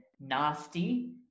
nasty